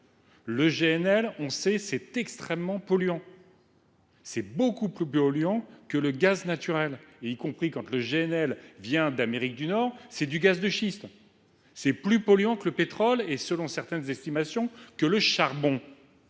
Le GNL – on le sait – est extrêmement polluant. Il est beaucoup plus polluant que le gaz naturel ; quand il vient d’Amérique du Nord, c’est du gaz de schiste, lequel est plus polluant que le pétrole et même, selon certaines estimations, que le charbon…